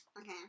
Okay